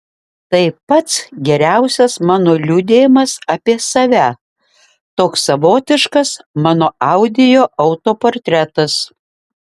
tai pats geriausias mano liudijimas apie save toks savotiškas mano audio autoportretas